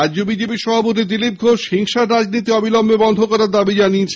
রাজ্য বিজেপি সভাপতি দিলীপ ঘোষ হিংসার রাজনীতি অবিলম্বে বন্ধ করার দাবি জানিয়েছেন